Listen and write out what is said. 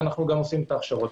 וגם אנו עושים את ההכשרות.